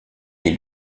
est